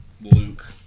Luke